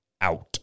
out